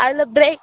அதில் பிரேக்